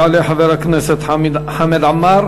יעלה חבר הכנסת חמד עמאר.